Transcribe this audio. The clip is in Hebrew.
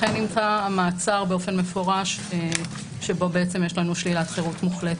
לכן נמצא המעצר באופן מפורש שבו בעצם יש לנו שלילת חירות מוחלטת.